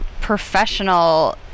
professional